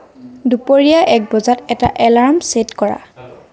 দুপৰীয়া এক বজাত এটা এলাৰ্ম ছেট কৰা